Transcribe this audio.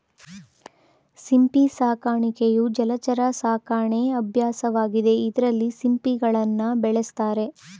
ಸಿಂಪಿ ಸಾಕಾಣಿಕೆಯು ಜಲಚರ ಸಾಕಣೆ ಅಭ್ಯಾಸವಾಗಿದೆ ಇದ್ರಲ್ಲಿ ಸಿಂಪಿಗಳನ್ನ ಬೆಳೆಸ್ತಾರೆ